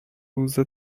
usa